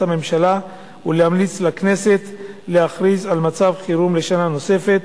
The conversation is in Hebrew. הממשלה ולהמליץ לכנסת להכריז על מצב חירום לשנה נוספת,